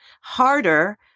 harder